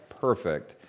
perfect